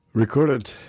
Recorded